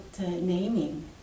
naming